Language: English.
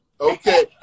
Okay